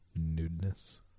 Nudeness